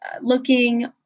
looking